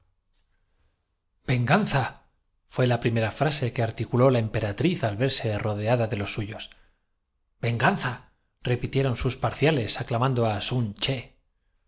fué la primera frase que articuló ahora vuestras facciones despiertan en mí un recuer la emperatriz al verse rodeada de los suyos do vago y confuso que no acierto á precisar venganza repitieron sus parciales aclamando á sun ché